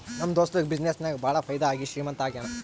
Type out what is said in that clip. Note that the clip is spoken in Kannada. ನಮ್ ದೋಸ್ತುಗ ಬಿಸಿನ್ನೆಸ್ ನಾಗ್ ಭಾಳ ಫೈದಾ ಆಗಿ ಶ್ರೀಮಂತ ಆಗ್ಯಾನ